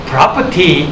Property